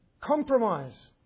Compromise